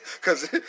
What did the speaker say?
Cause